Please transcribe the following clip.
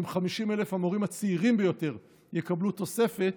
אם 50,000 המורים הצעירים ביותר יקבלו תוספת,